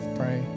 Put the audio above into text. pray